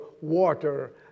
water